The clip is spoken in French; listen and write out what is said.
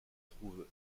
trouve